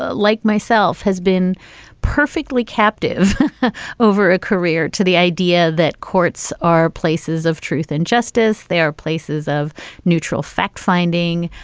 ah like myself, has been perfectly captive over a career to the idea that courts are places of truth and justice, they are places of neutral fact finding,